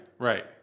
right